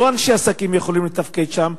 לא אנשי עסקים יכולים לתפקד שם,